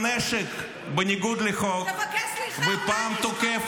זה לוחמי כוח 100. -- בכל מדינה רבע מתוקנת